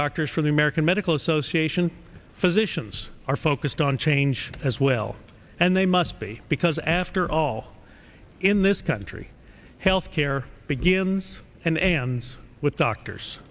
doctors from the american medical association physicians are focused on change as well and they must be because after all in this country health care begins and ends with doctors